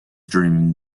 dreaming